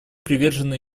привержены